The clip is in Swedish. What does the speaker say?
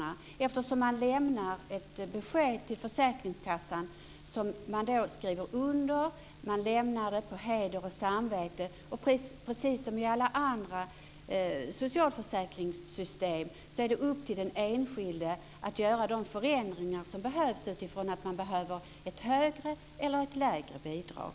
De lämnar ett besked på heder och samvete till försäkringskassan som skrivs under. Precis som i alla andra socialförsäkringssystem är det upp till den enskilde att göra de förändringar som behövs utifrån ett behov av ett högre eller lägre bidrag.